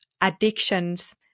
addictions